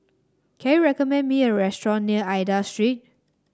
can you recommend me a restaurant near Aida Street